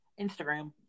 Instagram